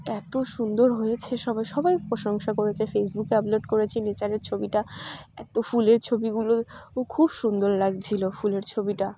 এতো সুন্দর হয়েছে সবাই সবাই প্রশংসা করেছে ফেসবুকে আপলোড করেছি নেচারের ছবিটা এত ফুলের ছবিগুলো ও খুব সুন্দর লাগছিলো ফুলের ছবিটা